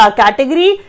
category